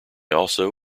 also